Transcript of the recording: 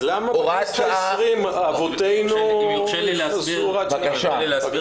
אז למה בכנסת העשרים אבותינו עשו הוראת שעה?